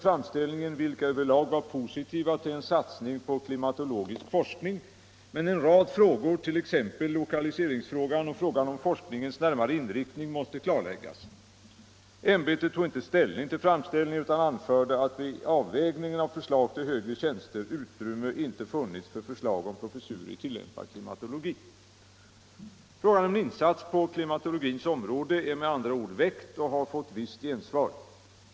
Ämbetet återkom till departementet i frågan i september 1974. Ämbetet överlämnade då drygt tjugo remissyttranden över framställningen, vilka över lag var positiva till en satsning på klimatologisk forskning, men en rad frågor, t.ex. lokaliseringsfrågan och frågan om forskningens närmare inriktning, måste klarläggas. Ämbetet tog inte ställning till framställningen utan anförde att vid avvägningen av förslag till högre tjänster utrymme inte funnits för förslag om professur i tillämpad klimatologi. Frågan om en insats på klimatologins område är med andra ord väckt och har fått visst gensvar.